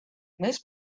this